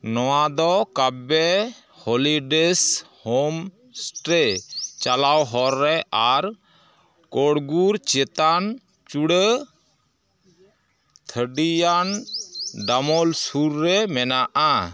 ᱱᱚᱣᱟᱫᱚ ᱠᱟᱵᱽᱵᱮ holiday homestay ᱪᱟᱞᱟᱣ ᱦᱚᱨ ᱨᱮ ᱟᱨ ᱠᱳᱲᱜᱩᱨ ᱪᱮᱛᱟᱱ ᱪᱩᱲᱟᱹ ᱛᱷᱟᱹᱰᱤᱭᱟᱱ ᱰᱟᱢᱳᱞ ᱥᱩᱨ ᱨᱮ ᱢᱮᱱᱟᱜᱼᱟ